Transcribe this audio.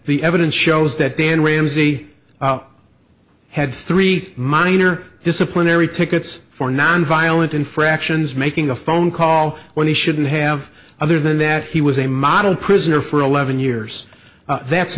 the evidence shows that dan ramsey had three minor disciplinary tickets for nonviolent infractions making a phone call when he shouldn't have other than that he was a model prisoner for eleven years that's